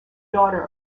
daughter